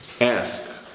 ask